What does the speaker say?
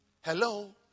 Hello